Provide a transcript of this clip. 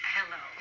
Hello